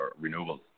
renewables